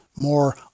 more